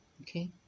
okay